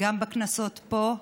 גם בכנסות פה,